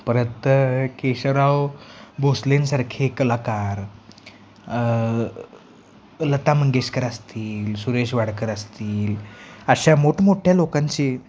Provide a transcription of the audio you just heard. परत केशवराव भोसलेंसारखे कलाकार लता मंगेशकर असतील सुरेश वाडकर असतील अशा मोठमोठ्या लोकांचे